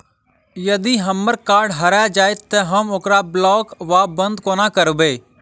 यदि हम्मर कार्ड हरा जाइत तऽ हम ओकरा ब्लॉक वा बंद कोना करेबै?